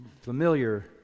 familiar